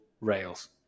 rails